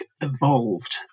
evolved